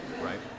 right